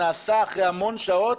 נעשה אחרי המון שעות